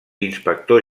inspector